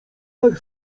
tak